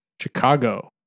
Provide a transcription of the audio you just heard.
Chicago